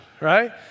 right